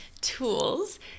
tools